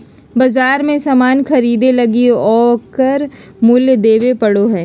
बाजार मे सामान ख़रीदे लगी ओकर मूल्य देबे पड़ो हय